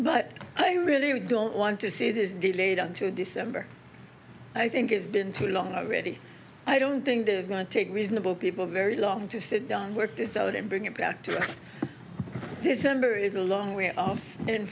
but i really don't want to see this delayed until december i think it's been too long already i don't think there's going to take reasonable people very long to sit down and work this out and bring it back to december is a long way off and